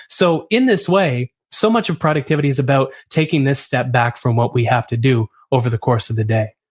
so in this way, so much of productivity's about taking this step back from what we have to do over the course of the day.